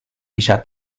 bisa